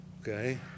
Okay